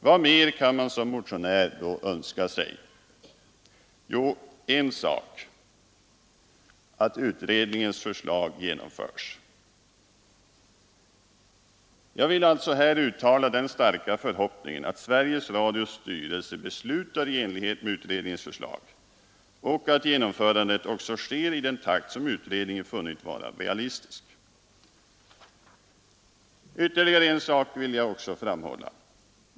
Vad mer kan man som motionär önska sig? Jo, en sak — att utredningens förslag genomförs. Jag vill alltså här uttala den starka förhoppningen att Sveriges Radios styrelse beslutar i enlighet med utredningens förslag och att genomförandet också sker i den takt som utredningen funnit vara realistisk. Ytterligare en sak vill jag framhålla.